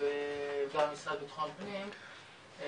והמשרד לביטחון פנים,